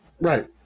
right